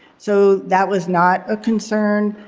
so, that was not a concern.